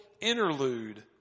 interlude